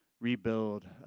rebuild